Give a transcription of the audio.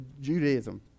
Judaism